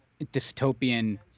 dystopian